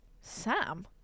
Sam